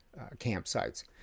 campsites